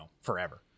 forever